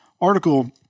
article